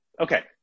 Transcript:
Okay